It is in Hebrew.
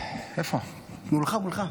מולך, מולך.